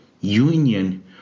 union